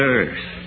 earth